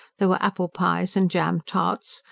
there were apple-pies and jam-tarts,